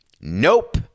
nope